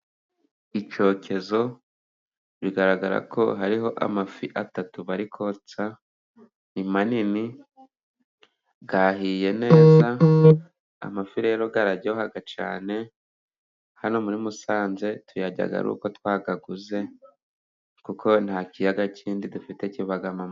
Icyokezo bigaragara ko hariho amafi atatu bari kotsa，ni manini yahiye neza， amafi rero araryoha cyane，hano muri Musanze，tuyarya ari uko twayaguze， kuko nta kiyaga kindi dufite kibamo amafi.